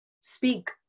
speak